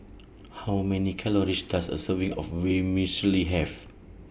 How Many Calories Does A Serving of Vermicelli Have